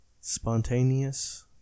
spontaneous